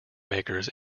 makers